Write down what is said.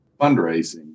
fundraising